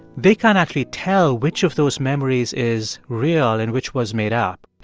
they can't actually tell which of those memories is real and which was made up.